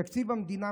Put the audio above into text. בתקציב המדינה,